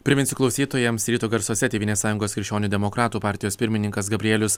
priminsiu klausytojams ryto garsuose tėvynės sąjungos krikščionių demokratų partijos pirmininkas gabrielius